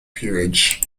peerage